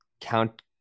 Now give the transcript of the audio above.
count